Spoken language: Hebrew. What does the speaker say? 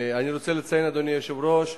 אני רוצה לציין, אדוני היושב-ראש,